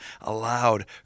allowed